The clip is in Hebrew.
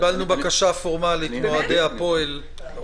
שינינו כדי להבהיר.